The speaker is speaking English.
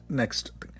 next